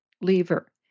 lever